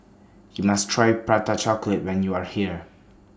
YOU must Try Prata Chocolate when YOU Are here